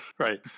right